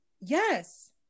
Yes